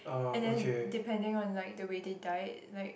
and then depending on like the way they died like